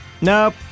nope